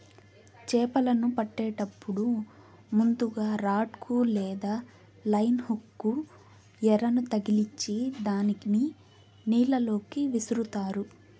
చాపలను పట్టేటప్పుడు ముందుగ రాడ్ కు లేదా లైన్ హుక్ కు ఎరను తగిలిచ్చి దానిని నీళ్ళ లోకి విసురుతారు